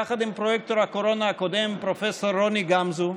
יחד עם פרויקטור הקורונה הקודם פרופ' רוני גמזו,